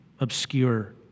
obscure